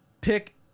pick